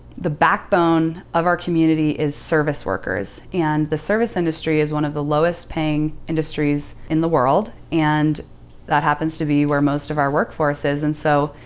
the backbone of our community is service workers and the service industry is one of the lowest paying industries in the world and that happens to be where most of our workforce is. and so,